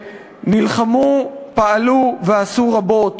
שנלחמו, פעלו ועשו רבות